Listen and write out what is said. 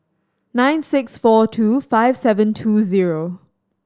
nine six four two five seven two zero